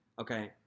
Okay